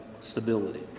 stability